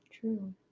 true